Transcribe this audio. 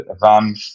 van